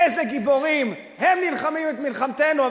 איזה גיבורים, הם נלחמים את מלחמתנו.